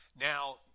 Now